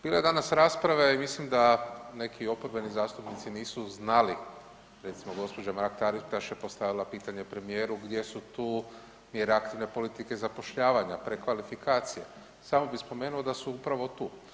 Bilo je danas rasprave i mislim da neki oporbeni zastupnici nisu znali, recimo, gđa. Mrak-Taritaš je postavila pitanje premijeru gdje su tu mjere aktivne politike zapošljavanja, prekvalifikacije, samo bi spomenuo da su upravo tu.